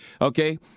Okay